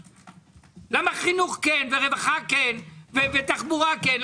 למה חינוך כן ורווחה כן ותחבורה כן?